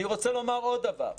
אני רוצה לומר עוד דבר.